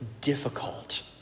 difficult